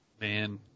man